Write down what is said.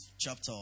chapter